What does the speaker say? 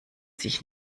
sich